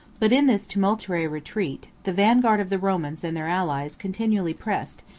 but in this tumultuary retreat, the vanguard of the romans and their allies continually pressed,